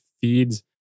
feeds